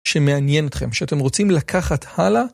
שמעניין אתכם, שאתם רוצים לקחת הלאה